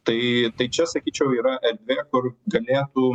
tai tai čia sakyčiau yra erdvė kur galėtų